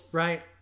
right